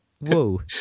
whoa